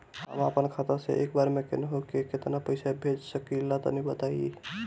हम आपन खाता से एक बेर मे केंहू के केतना पईसा भेज सकिला तनि बताईं?